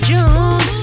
June